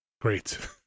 great